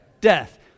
death